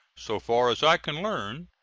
so far as i can learn,